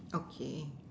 okay